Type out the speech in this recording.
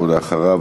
ואחריו,